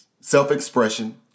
self-expression